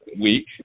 week